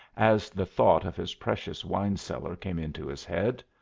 as the thought of his precious wine-cellar came into his head.